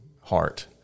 heart